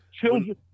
children